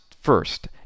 first